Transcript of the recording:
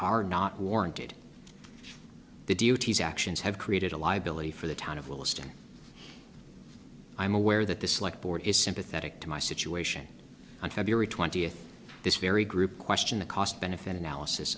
are not warranted the duties actions have created a liability for the town of williston i'm aware that this like board is sympathetic to my situation on february twentieth this very group question the cost benefit analysis